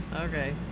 Okay